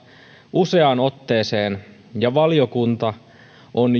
useaan otteeseen ja valiokunta on